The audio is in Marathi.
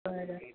बरं